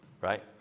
right